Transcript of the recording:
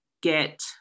get